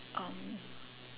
um